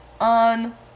on